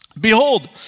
Behold